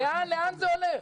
לאן זה הולך?